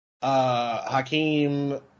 Hakeem